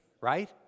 right